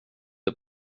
det